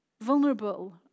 vulnerable